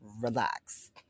Relax